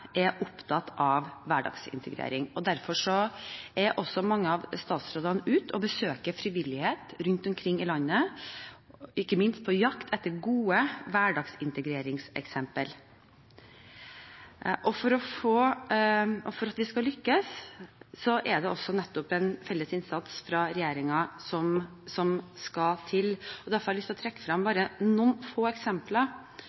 er opptatt av hverdagsintegrering, og derfor er også mange av statsrådene ute og besøker frivilligheten rundt omkring i landet, ikke minst på jakt etter gode hverdagsintegreringseksempler. For at vi skal lykkes, er det nettopp en felles innsats fra regjeringen som skal til. Derfor har jeg lyst til å trekke